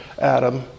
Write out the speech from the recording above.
Adam